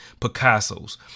Picasso's